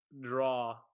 draw